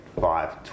five